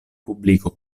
publiko